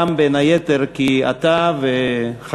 גם בין היתר כי אתה וחבריך,